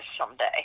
someday